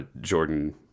Jordan